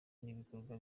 n’ibikorwa